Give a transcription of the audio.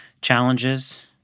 challenges